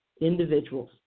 individuals